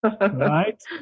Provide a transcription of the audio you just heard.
right